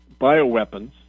bioweapons